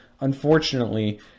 unfortunately